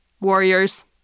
warriors